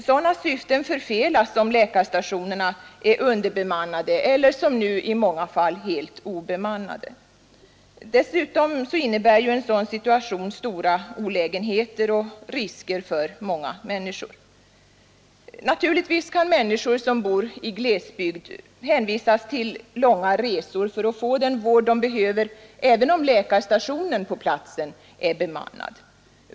Sådana syften förfelas om läkarstationerna är underbemannade eller som nu i många fall helt obemannade. Dessutom innebär en sådan situation stora olägenheter och risker för många människor. Naturligtvis kan människor som bor i glesbygd hänvisas till långa resor för att få den vård de behöver även om läkarstationen på platsen är bemannad.